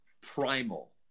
primal